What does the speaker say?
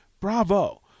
bravo